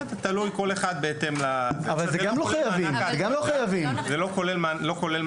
תלוי, כל אחד בהתאם וזה לא כולל מענק ההתמדה.